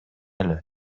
эле